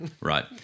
right